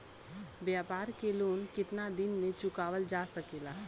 व्यापार के लोन कितना दिन मे चुकावल जा सकेला?